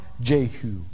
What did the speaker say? Jehu